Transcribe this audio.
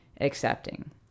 accepting